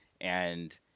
and-